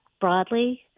broadly